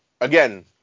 again